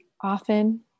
often